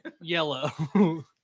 yellow